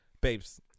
Babes